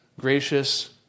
gracious